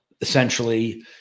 essentially